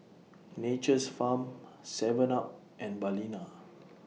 Nature's Farm Seven up and Balina